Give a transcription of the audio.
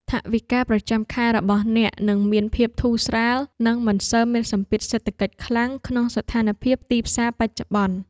ថវិកាប្រចាំខែរបស់អ្នកនឹងមានភាពធូរស្រាលនិងមិនសូវមានសម្ពាធសេដ្ឋកិច្ចខ្លាំងក្នុងស្ថានភាពទីផ្សារបច្ចុប្បន្ន។